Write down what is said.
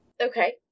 Okay